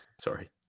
Sorry